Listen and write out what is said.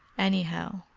anyhow,